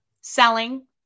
selling